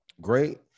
great